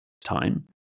time